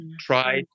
Try